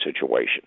situation